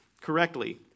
correctly